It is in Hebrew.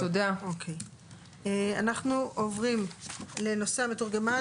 אנחנו עוברים לנושא המתורגמן,